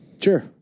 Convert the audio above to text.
Sure